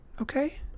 okay